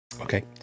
Okay